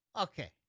Okay